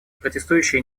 протестующие